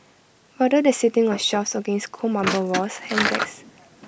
rather than sitting on shelves against cold marble walls handbags